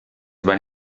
van